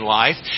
life